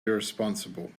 irresponsible